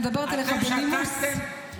שתקתם.